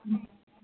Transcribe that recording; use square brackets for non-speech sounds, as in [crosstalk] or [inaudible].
[unintelligible]